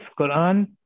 Quran